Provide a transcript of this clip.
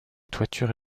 toiture